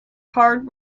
hard